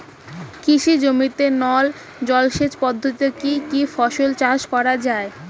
কৃষি জমিতে নল জলসেচ পদ্ধতিতে কী কী ফসল চাষ করা য়ায়?